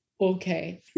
okay